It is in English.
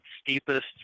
steepest